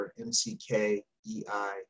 M-C-K-E-I